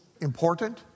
important